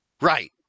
Right